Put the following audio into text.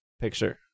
picture